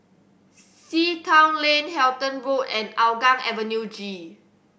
Sea Town Lane Halton Road and Hougang Avenue G